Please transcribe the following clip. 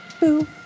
Boo